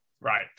right